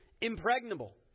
impregnable